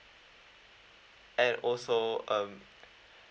and also um